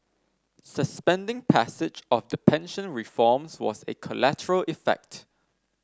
suspending passage of the pension reforms was a collateral effect